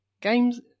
games